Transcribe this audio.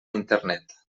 internet